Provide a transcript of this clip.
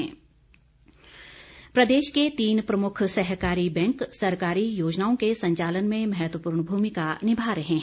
सहकारी बैंक प्रदेश के तीन प्रमुख सहकारी बैंक सरकारी योजनाओं के संचालन में महत्वपूर्ण भूमिका निभा रहे हैं